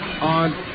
on